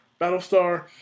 Battlestar